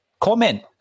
comment